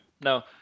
No